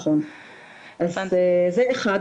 אז זה אחת.